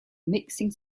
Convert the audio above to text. mixing